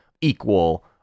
equal